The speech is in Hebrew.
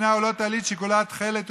הוא לא בדיוק אוהב יהודים,